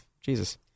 Jesus